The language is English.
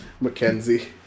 Mackenzie